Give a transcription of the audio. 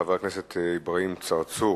חבר הכנסת אברהים צרצור.